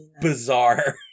bizarre